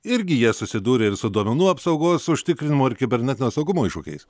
irgi jie susidūrė ir su duomenų apsaugos užtikrinimu ir kibernetinio saugumo iššūkiais